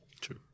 True